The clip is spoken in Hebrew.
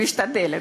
משתדלת.